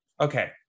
Okay